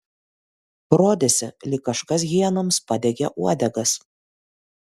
rodėsi lyg kažkas hienoms padegė uodegas